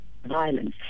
Violence